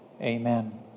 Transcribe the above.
Amen